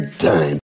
time